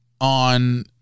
on